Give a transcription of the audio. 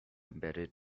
embedded